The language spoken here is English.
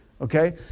Okay